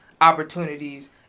opportunities